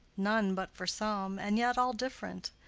none but for some, and yet all different.